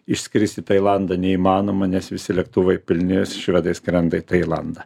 išskrist į tailandą neįmanoma nes visi lėktuvai pilni švedai skrenda į tailandą